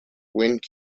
wind